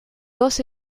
dos